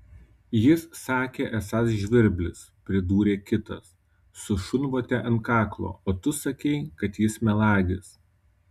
jis sakė esąs žvirblis pridūrė kitas su šunvote ant kaklo o tu sakei kad jis melagis